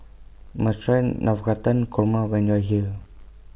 YOU must Try Navratan Korma when YOU Are here